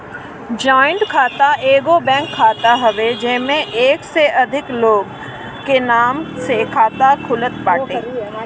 joint खाता एगो bank खाता हवे जेमे एक से अधिका लोग के नाम से खाता खुलत बाटे